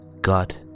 God